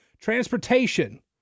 Transportation